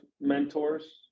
mentors